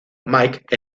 mike